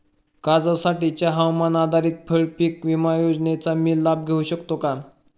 काजूसाठीच्या हवामान आधारित फळपीक विमा योजनेचा मी लाभ घेऊ शकतो का?